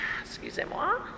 excusez-moi